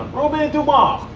romain dumas.